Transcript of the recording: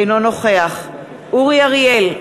אינו נוכח אורי אריאל,